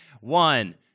One